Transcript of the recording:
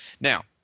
Now